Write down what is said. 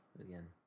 again